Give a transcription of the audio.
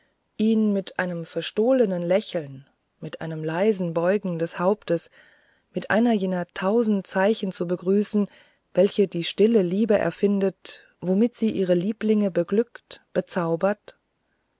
ihn mit einem verstohlenen lächeln mit einem leisen beugen des hauptes mit einem jener tausend zeichen zu begrüßen welche stille liebe erfindet womit sie ihre lieblinge beglückt bezaubert